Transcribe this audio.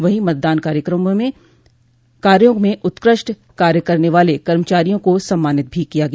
वहीं मतदान कार्यो में उत्कृष्ट कार्य करने वाले कर्मचारियों को सम्मानित भी किया गया